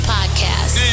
Podcast